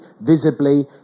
visibly